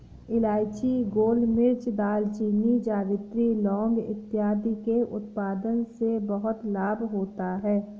इलायची, गोलमिर्च, दालचीनी, जावित्री, लौंग इत्यादि के उत्पादन से बहुत लाभ होता है